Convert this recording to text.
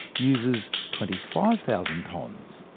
uses twenty five thousand tonnes.